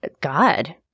God